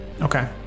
Okay